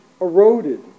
eroded